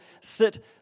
sit